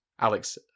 Alex